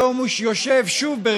היום הוא יושב שוב.